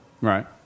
Right